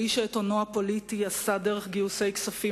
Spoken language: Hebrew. האיש שאת הונו הפוליטי עשה דרך גיוסי כספים